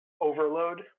overload